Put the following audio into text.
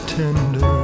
tender